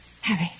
Harry